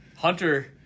Hunter